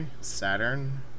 Saturn